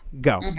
Go